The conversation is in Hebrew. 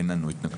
אין לנו התנגדות.